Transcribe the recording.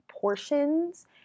portions